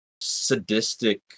sadistic